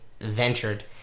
ventured